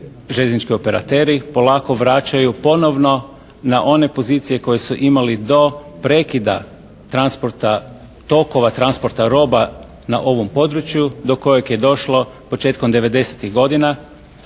željeznički operateri polako vraćaju ponovno na one pozicije koje su imali do prekida transporta, tokova transporta roba na ovom području do kojeg je došlo početkom 90-tih godina